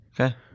Okay